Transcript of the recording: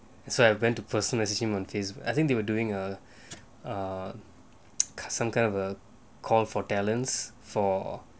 so I went to person as a I think they were doing uh uh some kind of a call for talents for